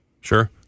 Sure